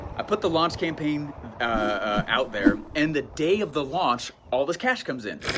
i put the launch campaign out there and the day of the launch, all this cash comes in.